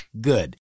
good